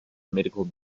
medical